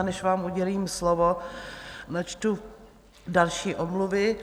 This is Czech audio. Než vám udělím slovo, načtu další omluvy.